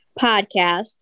podcast